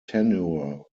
tenure